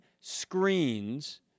screens